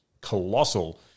colossal